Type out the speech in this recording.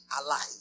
alive